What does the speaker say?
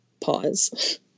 pause